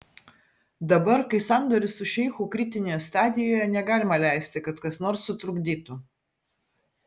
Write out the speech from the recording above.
dabar kai sandoris su šeichu kritinėje stadijoje negalima leisti kad kas nors sutrukdytų